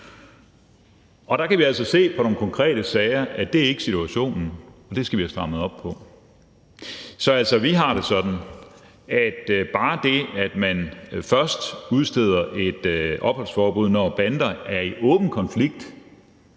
Og der kan vi altså se på nogle konkrete sager, at det ikke er situationen, og det skal vi have strammet op på. Så vi har det sådan, at bare det, at man først udsteder et opholdsforbud, når bander er i åben konflikt,